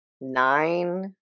Nine